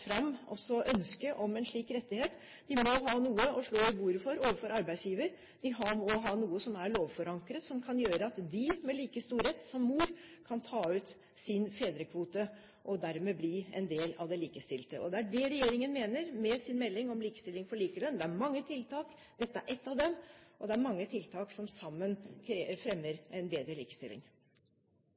fram ønsket om en slik rettighet. Vi må ha noe å slå i bordet med overfor arbeidsgiver, vi må ha noe som er lovforankret, som kan gjøre at far, med like stor rett som mor, kan ta ut sin fedrekvote og dermed bli en del av det likestilte. Det er det regjeringen mener med sin melding om likestilling for likelønn. Det er mange tiltak, dette er ett av dem, som sammen fremmer en bedre likestilling.